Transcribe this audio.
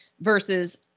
versus